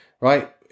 right